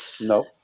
No